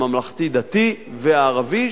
הממלכתי דתי-והערבי,